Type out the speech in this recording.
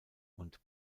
und